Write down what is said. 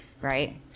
Right